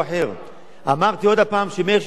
שמאיר שטרית כשר הפנים לשעבר התנגד